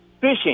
Fishing